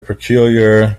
peculiar